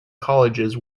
colleges